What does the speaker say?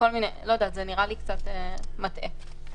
זה נראה לי קצת מטעה.